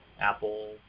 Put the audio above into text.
Apple